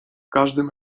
każdym